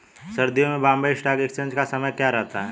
सर्दियों में Bombay stock exchange का समय क्या रहता है?